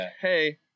hey